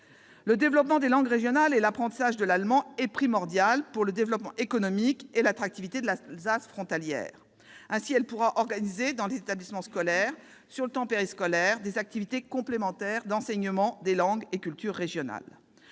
Le développement des langues régionales et de l'apprentissage de l'allemand est primordial pour le développement économique et l'attractivité de l'Alsace frontalière. Ainsi, la collectivité alsacienne pourra organiser dans les établissements scolaires, sur le temps périscolaire, des activités complémentaires d'enseignement des langues et cultures régionales.